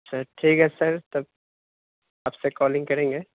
اچھا ٹھیک ہے سر تب آپ سے کالنگ کریں گے